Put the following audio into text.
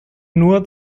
nur